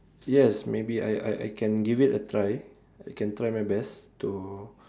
yes maybe I I I can give it a try I can try my best to